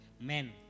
men